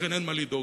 ולכן אין מה לדאוג,